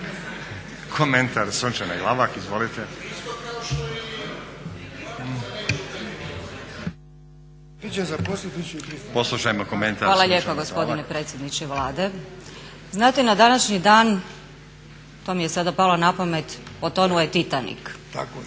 Komentar Sunčane Glavak. Izvolite. **Glavak, Sunčana (HDZ)** Hvala lijepo gospodine predsjedniče Vlade. Znate na današnji dan to mi je sada palo na pamet potonuo je Titanik. I za